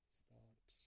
start